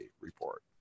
report